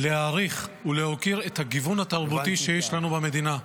להעריך ולהוקיר את הגיוון התרבותי שיש לנו במדינה.